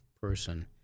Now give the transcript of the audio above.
person